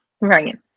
right